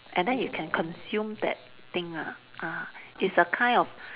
and then you can consume that thing ah ah it's a kind of